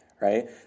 right